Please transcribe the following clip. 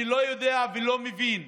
אני לא יודע ולא מבין.